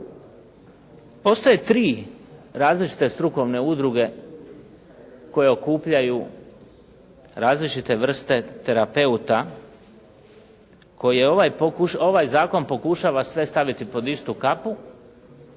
Postoje tri različite strukovne udruge koje okupljaju različite vrste terapeuta koje ovaj zakon pokušava sve staviti pod istu kapu